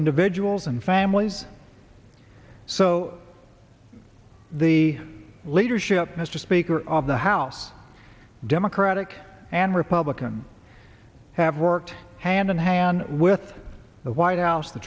individuals and families so the leadership mr speaker of the house democratic and republican have worked hand in hand with the white house the